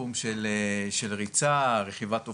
בתחום של ריצה, רכיבת אופניים,